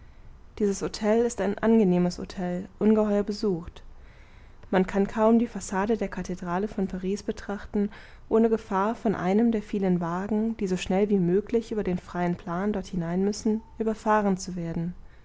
dieses htel ist ein angenehmes htel ungeheuer besucht man kann kaum die fassade der kathedrale von paris betrachten ohne gefahr von einem der vielen wagen die so schnell wie möglich über den freien plan dort hinein müssen überfahren zu werden